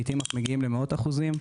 ולעיתים אף מגיעים למאות אחוזים.